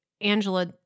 Angela